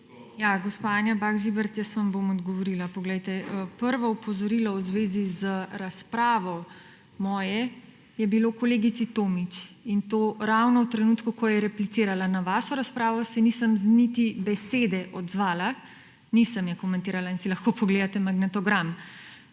Gospa Anja Bah Žibert, jaz vam bom odgovorila. Poglejte, prvo moje opozorilo v zvezi z razpravo je bilo kolegici Tomić; in to ravno v trenutku, ko je replicirala. Na vašo razpravo se nisem niti z besedo odzvala, nisem je komentirala in si lahko pogledate magnetogram.